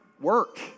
work